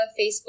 Facebook